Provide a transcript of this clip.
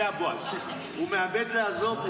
אדוני, הוא מאיים לעזוב.